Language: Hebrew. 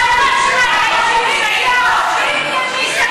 בכל הצעות החוק שאת מצביעה נגד